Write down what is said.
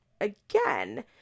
again